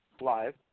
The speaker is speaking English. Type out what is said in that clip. Live